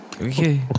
Okay